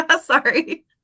sorry